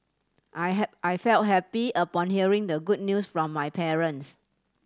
I I felt happy upon hearing the good news from my parents